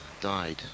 died